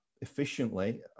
efficiently